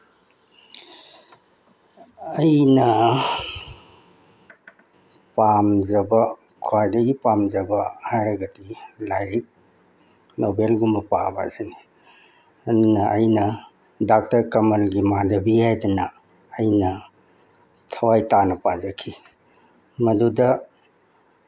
ꯑꯩꯅ ꯄꯥꯝꯖꯕ ꯈ꯭ꯋꯥꯏꯗꯒꯤ ꯄꯥꯝꯖꯕ ꯍꯥꯏꯔꯒꯗꯤ ꯂꯥꯏꯔꯤꯛ ꯅꯣꯕꯦꯜꯒꯨꯝꯕ ꯄꯥꯕ ꯑꯁꯤꯅꯤ ꯑꯗꯨꯅ ꯑꯩꯅ ꯗꯥꯛꯇꯔ ꯀꯃꯜꯒꯤ ꯃꯥꯙꯕꯤ ꯍꯥꯏꯗꯅ ꯑꯩꯅ ꯊꯋꯥꯏ ꯇꯥꯅ ꯄꯥꯖꯈꯤ ꯃꯗꯨꯗ